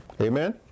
Amen